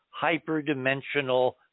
hyperdimensional